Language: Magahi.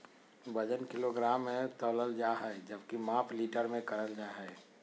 वजन किलोग्राम मे तौलल जा हय जबकि माप लीटर मे करल जा हय